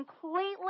completely